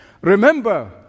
remember